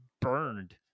burned